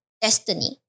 destiny